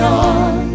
on